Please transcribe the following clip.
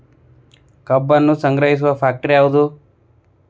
ಕಬ್ಬನ್ನು ಸಂಗ್ರಹಿಸುವ ಫ್ಯಾಕ್ಟರಿ ಯಾವದು?